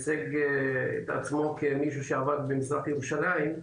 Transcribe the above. שהציג עצמו כמי שעבד במזרח ירושלים,